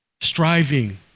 striving